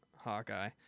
Hawkeye